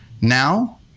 now